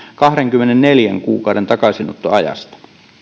kahdenkymmenenneljän kuukauden takaisinottoajasta